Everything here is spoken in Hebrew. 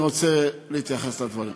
אני רוצה להתייחס לדברים.